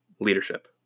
leadership